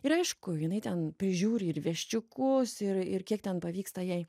ir aišku jinai ten prižiūri ir viščiukus ir ir kiek ten pavyksta jai